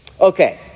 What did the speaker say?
Okay